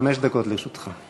חמש דקות לרשותך.